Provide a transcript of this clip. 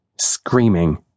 screaming